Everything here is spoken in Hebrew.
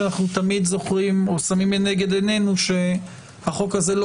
שאנחנו תמיד שמים לנגד עינינו שהחוק הזה לא